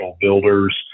builders